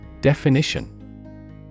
Definition